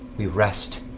we rest,